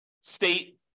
state